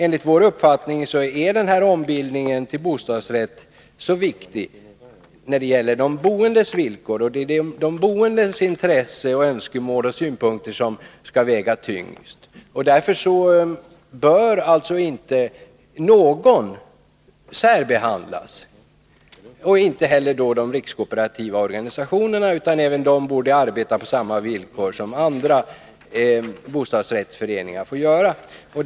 Enligt vår uppfattning är ombildningen till bostadsrätt mycket viktig när det gäller de boendes villkor. Det är de boendes intressen, önskemål och synpunkter som skall väga tyngst. Därför bör alltså inte någon särbehandlas, inte heller de rikskooperativa organisationerna. Även de borde arbeta på samma villkor som de andra bostadsrättsföreningarna får göra.